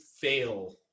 fail